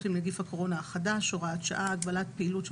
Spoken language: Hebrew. עם נגיף הקורונה החדש (הוראת שעה) (הגבלת פעילות של